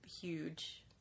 huge